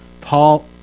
Paul